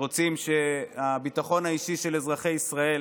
רוצים שהביטחון האישי של אזרחי ישראל